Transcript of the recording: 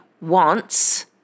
wants